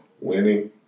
Winning